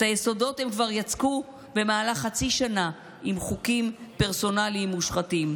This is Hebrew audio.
את היסודות הם כבר יצקו במהלך חצי שנה עם חוקים פרסונליים מושחתים,